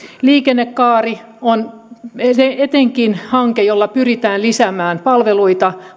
liikennekaari on etenkin hanke jolla pyritään lisäämään palveluita